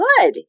good